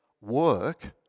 work